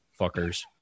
fuckers